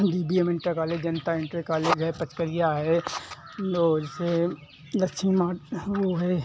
B B M inter college जनता inter college है पचकरिया है ओ जैसे लक्ष्मी माट वो है